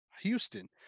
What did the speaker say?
houston